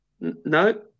No